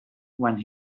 when